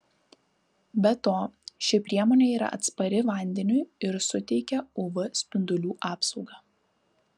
be to ši priemonė yra atspari vandeniui ir suteikia uv spindulių apsaugą